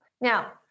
Now